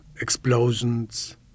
explosions